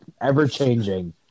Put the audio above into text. ever-changing